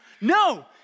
No